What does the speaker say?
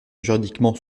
juridiquement